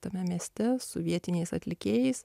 tame mieste su vietiniais atlikėjais